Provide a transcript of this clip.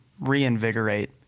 reinvigorate